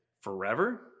forever